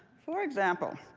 for example,